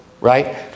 right